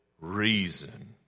reason